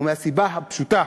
ומהסיבה הפשוטה: